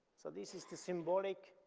so this is the symbolic,